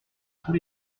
tous